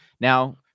Now